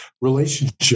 relationship